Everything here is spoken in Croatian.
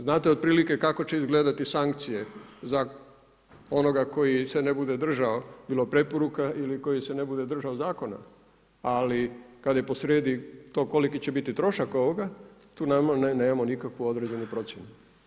Znate otprilike kako će izgledati sankcije za onoga koji se ne bude držao bilo preporuka ili koji se ne bude držao Zakona, ali kad je posrijedi to koliki će biti trošak ovoga, tu naravno nemamo nikakvu određenu procjenu.